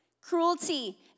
cruelty